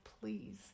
please